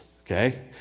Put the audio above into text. okay